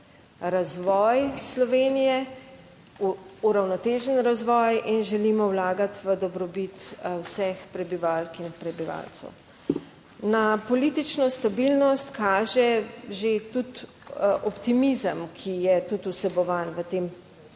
(nadaljevanje) v uravnotežen razvoj in želimo vlagati v dobrobit vseh prebivalk in prebivalcev. Na politično stabilnost kaže že tudi optimizem, ki je tudi vsebovan v tem